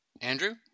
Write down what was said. Andrew